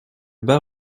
bas